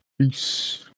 Peace